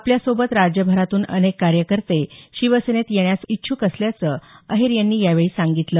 आपल्यासोबत राज्यभरातून अनेक कार्यकर्ते शिवसेनेत येण्यास इच्छुक असल्याचं अहीर यांनी यावेळी सांगितलं